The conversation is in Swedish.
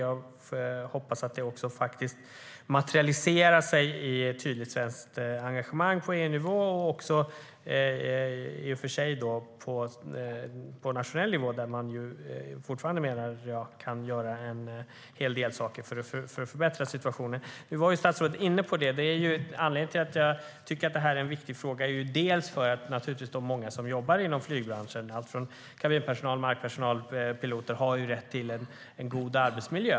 Jag hoppas att det också materialiserar sig i ett tydligt svenskt engagemang på EU-nivå - och även på nationell nivå, där man fortfarande, menar jag, kan göra en hel del saker för att förbättra situationen. Som statsrådet var inne på är detta naturligtvis en viktig fråga därför att de många som jobbar inom flygbranschen - kabinpersonal, markpersonal och piloter - har rätt till en god arbetsmiljö.